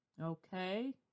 Okay